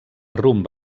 rumb